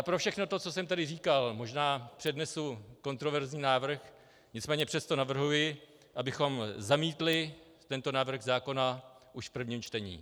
Pro všechno to, co jsem tady říkal, možná přednesu kontroverzní návrh, nicméně přesto navrhuji, abychom zamítli tento návrh zákona už v prvním čtení.